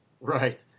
Right